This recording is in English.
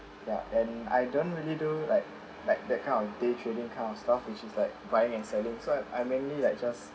yeah and I don't really do like like that kind of day trading kind of stuff which is like buying and selling so I I mainly like just